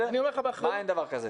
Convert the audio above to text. מה אין דבר כזה?